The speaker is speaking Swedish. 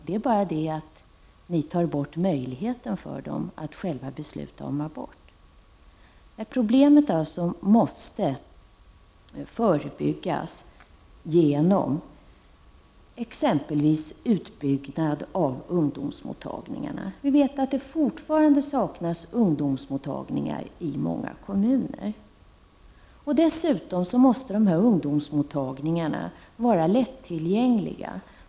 Det innebär endast att ni tar bort deras möjlighet att själva besluta om abort. Problemet måste alltså förebyggas genom exempelvis utbyggnad av ungdomsmottagningarna. Fortfarande saknas ungdomsmottagningar i många kommuner. Dessutom måste ungdomsmottagningarna vara lättillgängliga.